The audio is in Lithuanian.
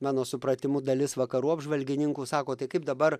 mano supratimu dalis vakarų apžvalgininkų sako tai kaip dabar